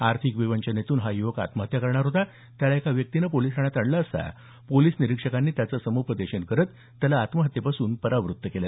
आर्थिक विवंचनेतून हा युवक आत्महत्या करणार होता त्याला एका व्यक्तीनं पोलिस ठाण्यात आणलं असता पोलिस निरीक्षकांनी त्याचं सम्पदेशन करत त्याला आत्महत्येपासून परावृत्त केल